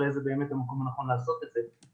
אולי זה באמת המקום הנכון לעשות את זה.